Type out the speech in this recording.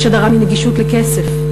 יש הדרה מנגישות לכסף,